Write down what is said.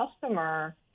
customer